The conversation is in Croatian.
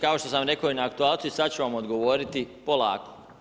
Kao što sam rekao na aktualcu i sad ću vam odgovoriti, polako.